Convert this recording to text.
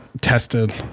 tested